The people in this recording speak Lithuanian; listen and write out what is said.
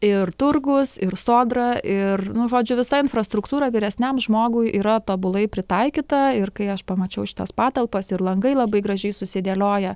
ir turgus ir sodra ir nu žodžiu visa infrastruktūra vyresniam žmogui yra tobulai pritaikyta ir kai aš pamačiau šitas patalpas ir langai labai gražiai susidėlioja